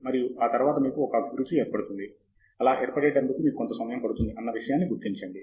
మరియు ఆ తరువాత మీకు ఒక అభిరుచి ఏర్పడుతుంది అలా ఏర్పడేటందుకు మీకు కొంత సమయం పడుతుంది అన్న విషయాన్ని గుర్తించండి